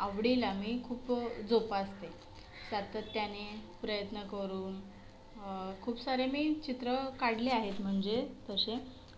आवडीला मी खूप जोपासते सातत्याने प्रयत्न करून खूप सारे मी चित्र काढले आहेत म्हणजे तसे